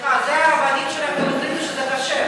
זה, הרבנים שלכם אומרים שזה כשר.